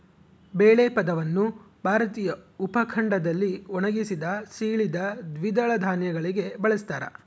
ಬೇಳೆ ಪದವನ್ನು ಭಾರತೀಯ ಉಪಖಂಡದಲ್ಲಿ ಒಣಗಿಸಿದ, ಸೀಳಿದ ದ್ವಿದಳ ಧಾನ್ಯಗಳಿಗೆ ಬಳಸ್ತಾರ